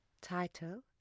Title